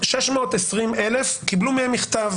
620,000 קיבלו מהם מכתב.